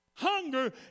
Hunger